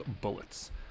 bullets